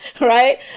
right